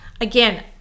again